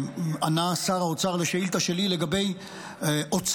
ענה שר האוצר על שאילתה שלי לגבי אוצר,